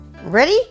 ready